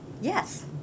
Yes